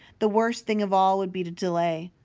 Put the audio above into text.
the worst thing of all would be to delay.